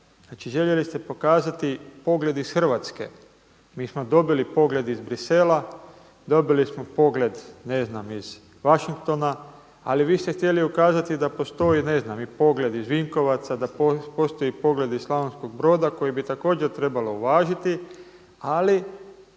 željeli ste pokazati pogled iz Hrvatske. Mi smo dobili pogled iz Bruxellesa, dobili smo pogled ne znam iz Washingtona ali vi ste htjeli ukazati da postoji ne znam i pogled iz Vinkovaca, da postoji pogled iz Slavonskog Broda koji bi također trebalo uvažiti ali